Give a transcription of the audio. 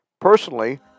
Personally